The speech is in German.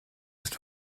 ist